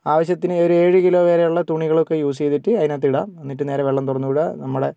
ആവിശ്യത്തിന് ഒരു ഏഴ് കിലോ വരേ ഉള്ള തുണികളൊക്കെ യൂസ് ചെയ്തിട്ട് അതിനകത്ത് ഇടാം എന്നിട്ട് നേരെ വെള്ളം തുറന്നു വിടാം നമ്മുടെ